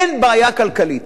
אין בעיה כלכלית.